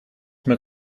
met